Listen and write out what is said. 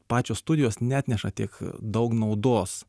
pačios studijos neatneša tiek daug naudos